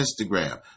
Instagram